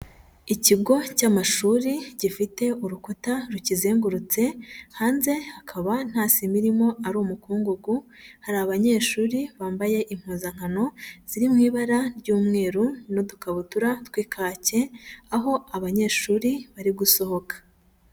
Ikigo cy'amashuri, gifite urukuta rukizengurutse, hanze hakaba nta sima irimo, ari umukungugu, hari abanyeshuri bambaye impuzankano, ziri mu ibara ry'umweru n'udukabutura tw'ikake, aho abanyeshuri bari gusohoka.